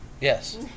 Yes